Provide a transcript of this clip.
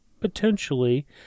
potentially